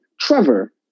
Trevor